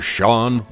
Sean